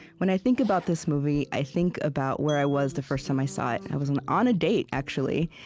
when i think about this movie, i think about where i was the first time i saw it. and i was on on a date, actually,